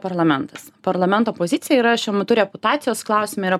parlamentas parlamento pozicija yra šiuo metu reputacijos klausime yra